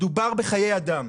מדובר בחיי אדם.